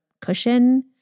cushion